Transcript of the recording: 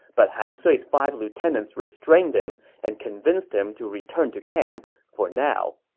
but han sui's five lieutenants restrained him and convinced him to return to camp for now